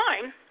time